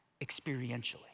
experientially